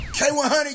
K100